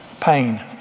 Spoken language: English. Pain